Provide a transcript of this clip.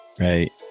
Right